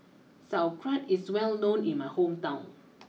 Sauerkraut is well known in my hometown